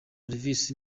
olvis